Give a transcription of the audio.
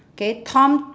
K tom